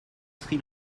sri